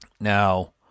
Now